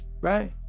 right